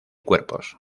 cuerpos